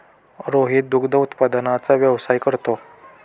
रोहित दुग्ध उत्पादनाचा व्यवसाय करतो